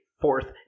fourth